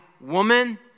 woman